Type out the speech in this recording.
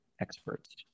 experts